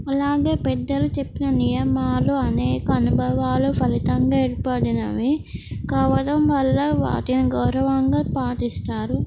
అలాగే పెద్దలు చెప్పిన నియమాలు అనేక అనుభవాలు ఫలితంగా ఏర్పాడినవి కావడం వల్ల వాటిని గౌరవంగా పాటిస్తారు